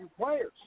players